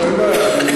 דקות.